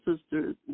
sisters